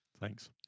Thanks